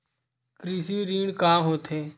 कृषि ऋण का होथे?